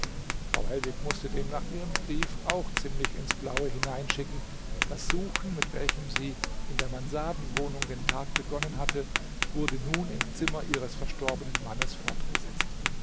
frau hellwig mußte demnach ihren brief auch ziemlich ins blaue hineinschicken das suchen mit welchem sie in der mansardenwohnung den tag begonnen hatte wurde nun im zimmer ihres verstorbenen mannes fortgesetzt